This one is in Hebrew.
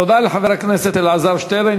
תודה לחבר הכנסת אלעזר שטרן.